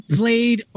played